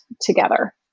together